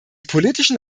politischen